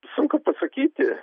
sunku pasakyti